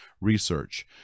research